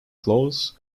clothes